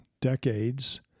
decades